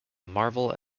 marvel